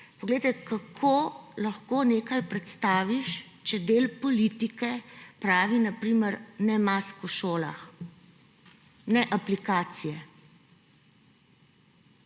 Poglejte, kako lahko nekaj predstaviš, če del politike pravi, ne mask v šolah, ne aplikacije?